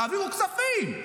תעבירו כספים.